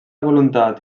voluntat